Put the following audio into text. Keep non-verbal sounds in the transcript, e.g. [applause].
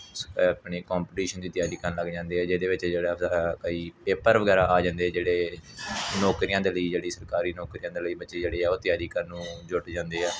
ਆਪਣੀ ਕੋਂਪੀਟੀਸ਼ਨ ਦੀ ਤਿਆਰੀ ਕਰਨ ਲੱਗ ਜਾਂਦੇ ਆ ਜਿਹਦੇ ਵਿੱਚ ਜਿਹੜਾ [unintelligible] ਕਈ ਪੇਪਰ ਵਗੈਰਾ ਆ ਜਾਂਦੇ ਜਿਹੜੇ ਨੌਕਰੀਆਂ ਦੇ ਲਈ ਜਿਹੜੀ ਸਰਕਾਰੀ ਨੌਕਰੀਆਂ ਦੇ ਲਈ ਬੱਚੇ ਜਿਹੜੇ ਆ ਉਹ ਤਿਆਰੀ ਕਰਨ ਨੂੰ ਜੁੱਟ ਜਾਂਦੇ ਆ